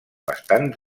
bastants